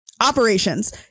Operations